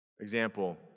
example